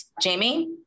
Jamie